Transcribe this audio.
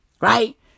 right